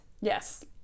Yes